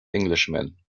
englishman